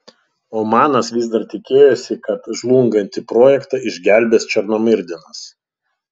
omanas vis dar tikėjosi kad žlungantį projektą išgelbės černomyrdinas